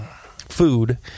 food